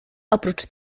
oprócz